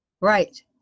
Right